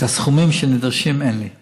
את הסכומים שנדרשים, אין לי לזה.